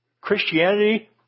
Christianity